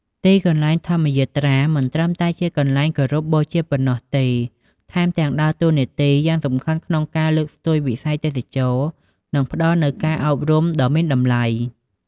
ទីកន្លែងធម្មយាត្រាមិនត្រឹមតែជាកន្លែងគោរពបូជាប៉ុណ្ណោះទេ ថែមទាំងដើរតួនាទីយ៉ាងសំខាន់ក្នុងការលើកស្ទួយវិស័យទេសចរណ៍ និងផ្តល់នូវការអប់រំដ៏មានតម្លៃ។